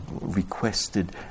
requested